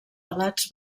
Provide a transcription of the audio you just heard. alats